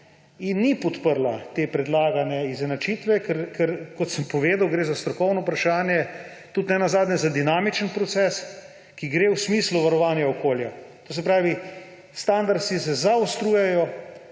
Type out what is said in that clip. in ni podprla te predlagane izenačitve, ker, kot sem povedal, gre za strokovno vprašanje, tudi nenazadnje za dinamičen proces, ki gre v smislu varovanja okolja. To se pravi, standardi se zaostrujejo